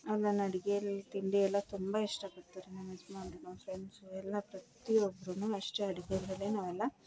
ಅವ್ರು ನನ್ನ ಅಡುಗೆಯಲ್ಲಿ ತಿಂಡಿ ಎಲ್ಲ ತುಂಬ ಇಷ್ಟ ಪಡ್ತಾರೆ ನಮ್ಮ ಯಜಮಾನ್ರು ಅವ್ರ ಫ್ರೆಂಡ್ಸು ಎಲ್ಲ ಪ್ರತಿಯೊಬ್ರೂ ಅಷ್ಟೆ ಅಡುಗೆ ಮೇಲೆ ನಾವೆಲ್ಲ